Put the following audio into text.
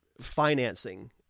financing